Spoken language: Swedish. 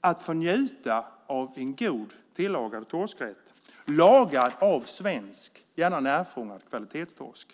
att få njuta av en god tillagad torskrätt, lagad av svensk, gärna närfångad, kvalitetstorsk.